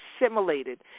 assimilated